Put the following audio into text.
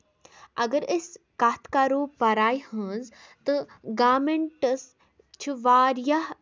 اَگر أسۍ کَتھ کَرو پَڑاے ہٕنٛز تہٕ گورمینٹس چھُ واریاہ